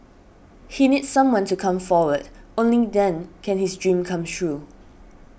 he needs someone to come forward only then can his dream come true